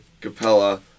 Capella